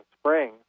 spring